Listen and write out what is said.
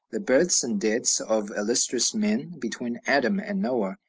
the births and deaths of illustrious men, between adam and noah,